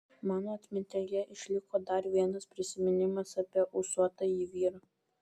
mano atmintyje išliko dar vienas prisiminimas apie ūsuotąjį vyrą